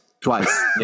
Twice